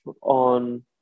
on